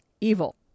evil